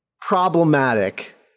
problematic